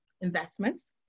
investments